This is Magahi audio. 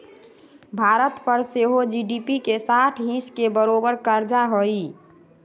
भारत पर सेहो जी.डी.पी के साठ हिस् के बरोबर कर्जा हइ